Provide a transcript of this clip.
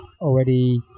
Already